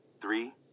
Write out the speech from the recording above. Three